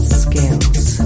skills